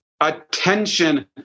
attention